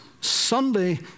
Sunday